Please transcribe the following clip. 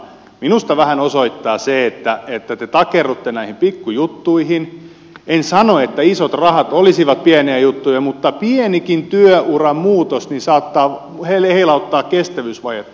minusta vähän osoittaa se että te takerrutte näihin pikkujuttuihin en sano että isot rahat olisivat pieniä juttuja mutta pienikin työuramuutos saattaa heilauttaa kestävyysvajetta